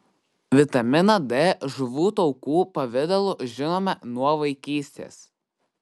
vitaminą d žuvų taukų pavidalu žinome nuo vaikystės